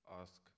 ask